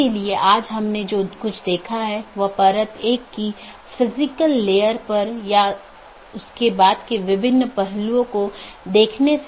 इसलिए हम बाद के व्याख्यान में इस कंप्यूटर नेटवर्क और इंटरनेट प्रोटोकॉल पर अपनी चर्चा जारी रखेंगे